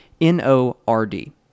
N-O-R-D